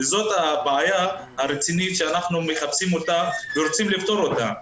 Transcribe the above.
זאת הבעיה הרצינית שאנחנו מחפשים ורוצים לפתור אותה.